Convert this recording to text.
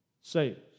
saves